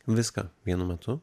viską vienu metu